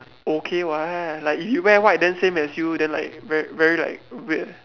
okay what like you wear white then same as you then like very very like weird